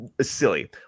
silly